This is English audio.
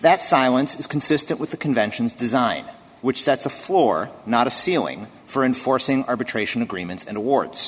that silence is consistent with the conventions design which sets a floor not a ceiling for enforcing arbitration agreements and awards